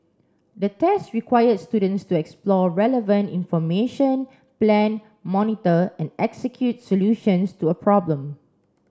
the test required students to explore relevant information plan monitor and execute solutions to a problem